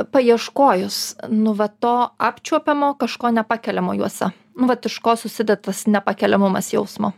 paieškojus nu vat to apčiuopiamo kažko nepakeliamo juose nu vat iš ko susideda tas nepakeliamumas jausmo